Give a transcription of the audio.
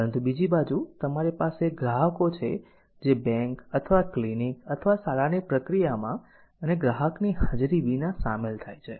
પરંતુ બીજી બાજુ તમારી પાસે ગ્રાહકો છે જે બેંક અથવા ક્લિનિક અથવા શાળાની પ્રક્રિયામાં અને ગ્રાહકની હાજરી વિના સામેલ થાય છે